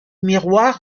miroirs